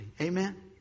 Amen